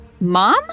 Mom